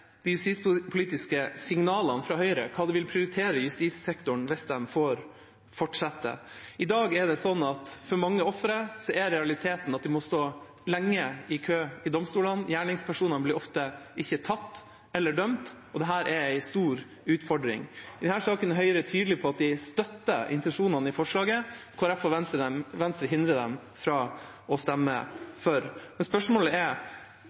de politiske signalene fra Høyre, hva de vil prioritere i justissektoren hvis de får fortsette. I dag er det sånn at for mange ofre er realiteten at de må stå lenge i kø i domstolene, gjerningspersonene blir ofte ikke tatt eller dømt, og dette er en stor utfordring. I denne saken er Høyre tydelig på at de støtter intensjonene i forslaget. Kristelig Folkeparti og Venstre hindrer dem i å stemme for. Spørsmålet er